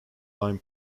line